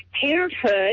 Parenthood